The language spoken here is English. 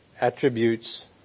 attributes